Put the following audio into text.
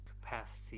capacity